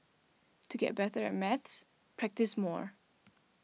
to get better at maths practise more